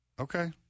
Okay